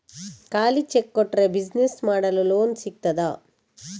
ಖಾಲಿ ಚೆಕ್ ಕೊಟ್ರೆ ಬಿಸಿನೆಸ್ ಮಾಡಲು ಲೋನ್ ಸಿಗ್ತದಾ?